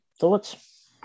thoughts